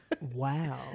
Wow